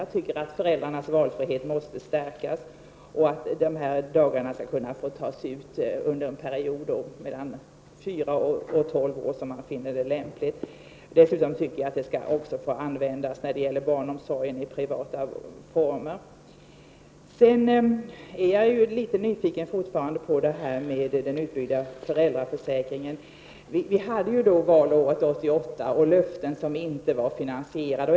Jag tycker att föräldrarnas valfrihet måste stärkas och att kontaktdagarna skall få tas ut som man finner lämpligt under en period mellan fyra och tolv år. Dessutom tycker jag att de skall få användas också när det gäller barnomsorg i privat regi. Jag är fortfarande litet nyfiken på den utbyggda föräldraförsäkringen. Valåret 1988 utställdes det löften om det som inte var finansierade.